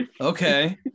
Okay